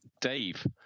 Dave